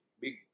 big